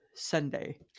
Sunday